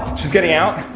she's getting out.